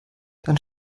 dann